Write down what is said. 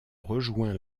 rejoint